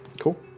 Cool